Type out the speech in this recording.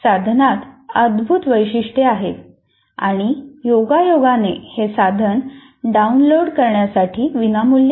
साधनात अद्भुत वैशिष्ट्ये आहेत आणि योगायोगाने हे साधन डाउनलोड करण्यासाठी विनामूल्य आहे